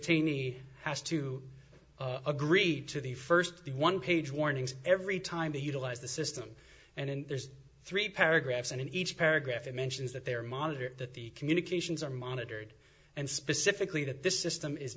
teeny has to agree to the first one page warnings every time they utilize the system and there's three paragraphs and in each paragraph it mentions that they are monitored that the communications are monitored and specifically that this system is